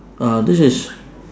ah this is